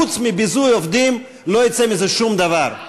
חוץ מביזוי העובדים לא יצא מזה שום דבר.